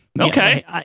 Okay